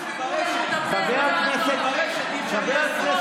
תנסו, אבל זה לא יעזור